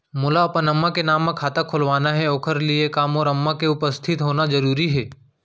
मोला अपन अम्मा के नाम से खाता खोलवाना हे ओखर लिए का मोर अम्मा के उपस्थित होना जरूरी हे?